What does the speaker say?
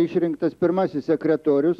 išrinktas pirmasis sekretorius